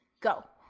Go